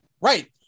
Right